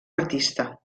artista